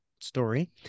story